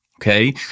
okay